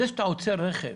אם שוטר עוצר רכב,